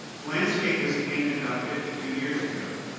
the landscape was painted about fifty two years ago.